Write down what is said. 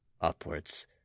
Upwards